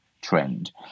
trend